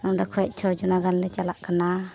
ᱱᱚᱰᱮ ᱠᱷᱚᱡ ᱪᱷᱚ ᱡᱚᱱᱟ ᱜᱟᱱᱞᱮ ᱪᱟᱞᱟᱜ ᱠᱟᱱᱟ